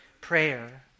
prayer